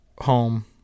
home